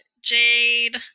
Jade